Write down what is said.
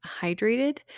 hydrated